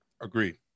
Agreed